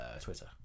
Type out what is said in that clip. Twitter